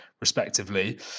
respectively